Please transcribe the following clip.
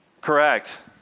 Correct